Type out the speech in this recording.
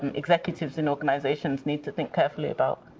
executives in organizations need to think carefully about.